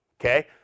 okay